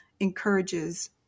encourages